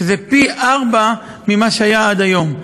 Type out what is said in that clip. שזה פי-ארבעה ממה שהיה עד היום.